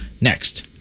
next